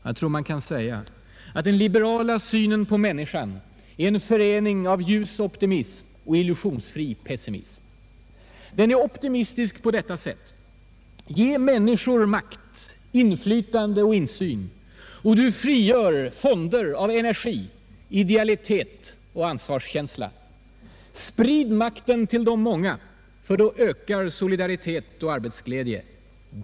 Jag tror man kan säga att den liberala synen på människan är en förening av ljus optimism och illusionsfri pessimism. Den är optimistisk på detta sätt: Ge människor makt, inflytande och insyn, och du frigör fonder av energi, idealitet och ansvarskänsla. Sprid makten till de många, ty då ökar solidaritet och arbetsglädje.